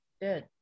good